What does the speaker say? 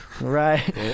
right